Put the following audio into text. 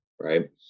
Right